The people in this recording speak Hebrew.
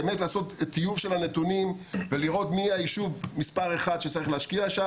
לעשות טיוב של הנתונים ולראות מי היישוב מספר אחד שצריך להשקיע בו,